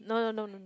no no no no